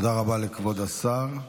תודה רבה לכבוד השר.